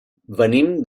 venim